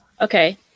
Okay